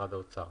משרד האוצר.